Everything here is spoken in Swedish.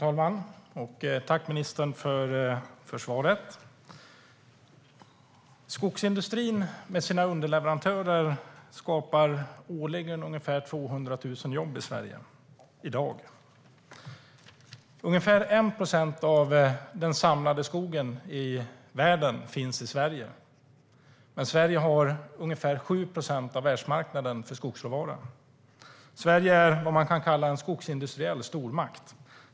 Herr talman! Tack, ministern, för svaret! Skogsindustrin med sina underleverantörer skapar årligen ungefär 200 000 jobb i Sverige. Ungefär 1 procent av världens samlade skog finns i Sverige. Sverige har ungefär 7 procent av världsmarknaden för skogsråvara. Sverige är vad man kan kalla en skogsindustriell stormakt.